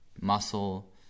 muscle